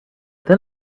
then